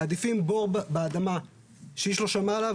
מעדיפים בור באדמה שאיש לא שמע עליו,